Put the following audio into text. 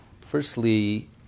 Firstly